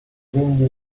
windy